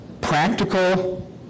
Practical